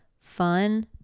fun